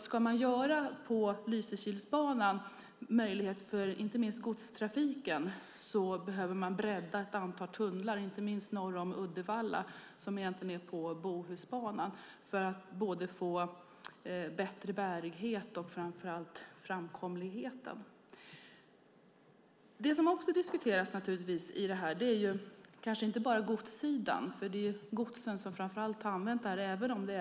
Ska man på Lysekilsbanan skapa möjlighet för inte minst godstrafiken behöver man bredda ett antal tunnlar, främst norr om Uddevalla som egentligen är på Bohusbanan, för att få både bättre bärighet och framför allt framkomlighet. Naturligtvis diskuteras inte bara godssidan, även om det framför allt är till godset man har använt banan.